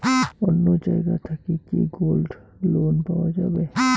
অন্য জায়গা থাকি কি গোল্ড লোন পাওয়া যাবে?